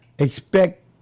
Expect